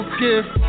gift